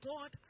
God